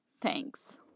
thanks